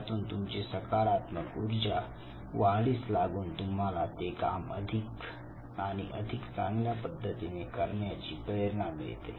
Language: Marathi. यातून तुमची सकारात्मक ऊर्जा वाढीस लागून तुम्हाला ते काम अधिक आणि अधिक चांगल्या पद्धतीने करण्याची प्रेरणा मिळते